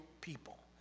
people